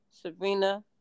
Sabrina